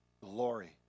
glory